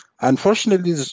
Unfortunately